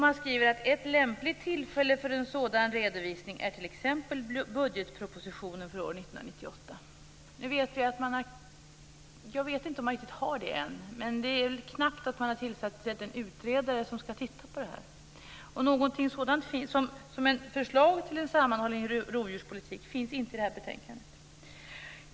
Man skriver: "Ett lämpligt tillfälle för en sådan redovisning är t.ex. budgetpropositionen för år Det är väl knappt att man har tillsatt den utredare som skall titta på det här. Något förslag till en sammanhållen rovdjurspolitik finns inte i det här betänkandet.